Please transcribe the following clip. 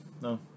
no